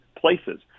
places